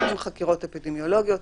עושים חקירות אפידמיולוגיות,